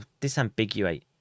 disambiguate